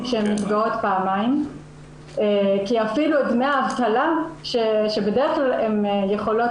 שהן נפגעות פעמיים כי אפילו דמי האבטלה שבדרך כלל הן יכולות